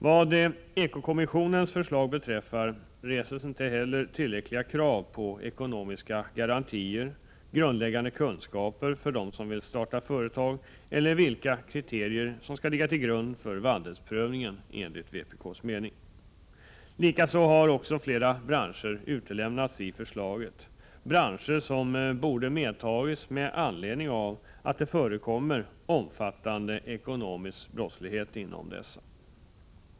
Vad eko-kommissionens förslag beträffar reses enligt vpk:s mening inte heller tillräckliga krav på ekonomiska garantier, grundläggande kunskaper för dem som vill starta företag eller kriterier som skall ligga till grund för vandelsprövningen. Likaså har flera branscher utelämnats i förslaget, branscher som borde ha medtagits med anledning av att det förekommer omfattande ekonomisk brottslighet inom dessa.